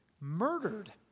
murdered